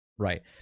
Right